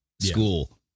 school